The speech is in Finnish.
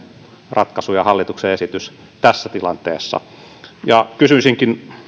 ratkaisu ja hallituksen esitys tässä tilanteessa kysyisinkin